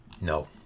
no